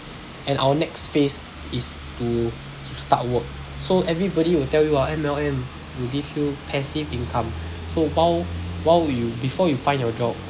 and our next phase is to start work so everybody will tell you ah M_L_M will give you passive income so while while you before you find your job